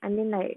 I mean like